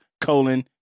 colon